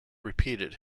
repeated